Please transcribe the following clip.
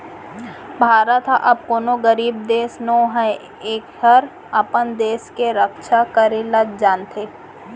भारत हर अब कोनों गरीब देस नो हय एहर अपन देस के रक्छा करे ल जानथे